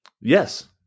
Yes